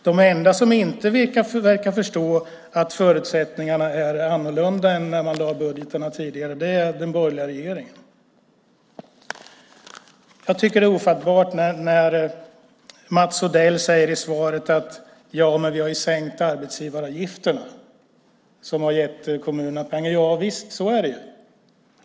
De enda som inte verkar förstå att förutsättningarna är annorlunda än när man lade fram budgetarna tidigare är den borgerliga regeringen. Jag tycker att det är ofattbart när Mats Odell säger i svaret att man har sänkt arbetsgivaravgifterna och att det har gett kommunerna pengar. Visst, så är det ju.